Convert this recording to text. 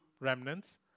remnants